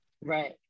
Right